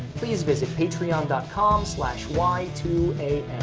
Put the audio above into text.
please visit patreon and com y two a